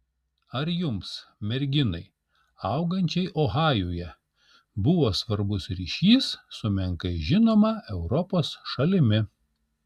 ar jums merginai augančiai ohajuje buvo svarbus ryšys su menkai žinoma europos šalimi